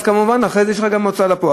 אז כמובן אחרי זה יש לך גם הוצאה לפועל.